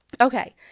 Okay